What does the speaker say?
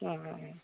हँ